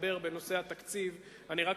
אני אפילו לא הגעתי לדבר בנושא התקציב.